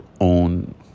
own